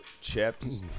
chips